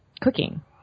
cooking